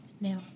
Now